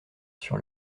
sur